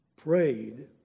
prayed